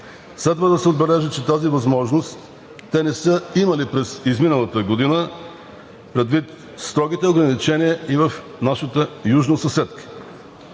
Следва да се отбележи, че тази възможност те не са имали през изминалата година предвид строгите ограничения и в нашата южна съседка.